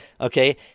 Okay